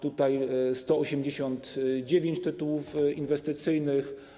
Tutaj mamy 189 tytułów inwestycyjnych.